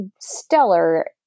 stellar